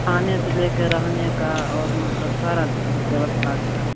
खाने से ले कर रहने का और मतलब सारा व्यवस्था अच्छा है